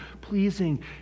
pleasing